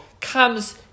comes